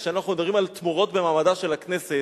כשאנחנו מדברים על תמורות במעמדה של הכנסת,